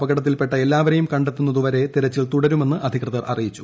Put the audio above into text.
അപകടത്തിൽപ്പെട്ട എല്ലാവരെയും കണ്ടെത്തുന്നതുവരെ തെരച്ചിൽ തുടരുമെന്ന് അധികൃതർ അറിയിച്ചു